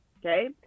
okay